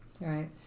Right